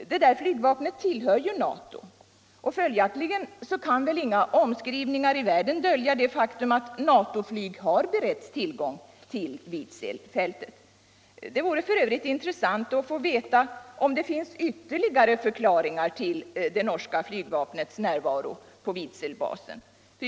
Dei norska flygvapnet tillhör ju NATO. Följaktligen kan väl inga omskrivningar i världen dölja det faktum att NATO-flyg beretts uillträde till Vidselfältet. Det vorce f. ö. intressant att få veta om det finns ytterligare förklaringar till det norska flygvapnets närvaro på Vidselbasen.